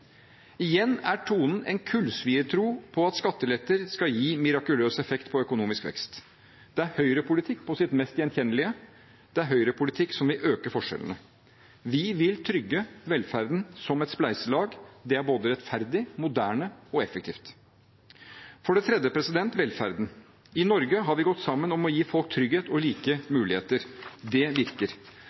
Igjen er tonen en kullsviertro på at skatteletter skal gi mirakuløs effekt på økonomisk vekst. Det er høyrepolitikk på sitt mest gjenkjennelige. Det er høyrepolitikk som vil øke forskjellene. Vi vil trygge velferden som et spleiselag. Det er både rettferdig, moderne og effektivt. For det tredje velferden: I Norge har vi gått sammen om å gi folk trygghet og like muligheter. Det virker.